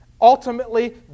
ultimately